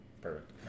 Perfect